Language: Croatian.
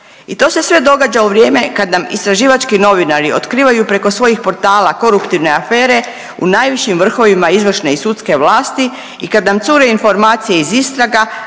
I to se sve događa u vrijeme kad nam istraživački novinari otkrivaju preko svojih portala koruptivne afere u najvišim vrhovima izvršne i sudske vlasti i kad nam cure informacije iz istraga,